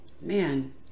man